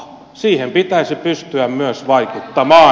siihen pitäisi pystyä myös vaikuttamaan